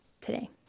today